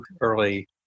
early